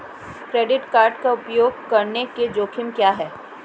Credit card का उपयोग करने के जोखिम क्या हैं?